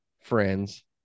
friends